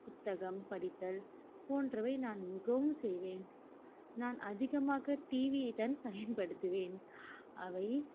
புத்தகம் படித்தல் போன்றவை நான் மிகவும் செய்வேன் நான் அதிகமாக டிவியை தான் பயன்படுத்துவேன் அவை